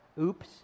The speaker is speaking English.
oops